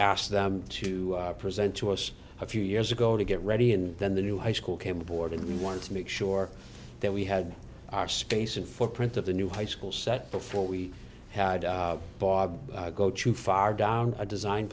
asked them to present to us a few years ago to get ready and then the new high school came aboard and we wanted to make sure that we had our space and footprint of the new high school set before we had bought go too far down a design